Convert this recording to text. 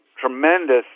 tremendous